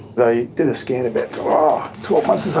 they did a scan about twelve months